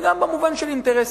וגם במובן של אינטרסים.